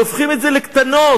והופכים את זה לקטנות,